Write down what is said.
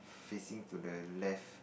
facing to the left